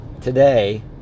Today